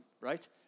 right